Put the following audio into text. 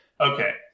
Okay